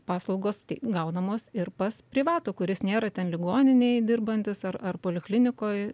paslaugos gaunamos ir pas privatų kuris nėra ten ligoninėj dirbantis ar ar poliklinikoj